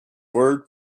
word